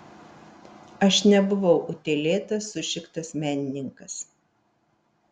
aš nebuvau utėlėtas sušiktas menininkas